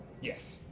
Yes